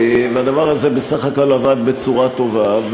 והדבר הזה בסך הכול עבד בצורה טובה,